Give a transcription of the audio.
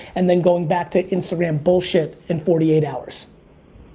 and then going back to instagram bullshit in forty eight hours.